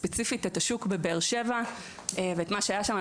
ספציפית את השוק בבאר שבע ואת מה שהיה שם.